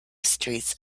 streets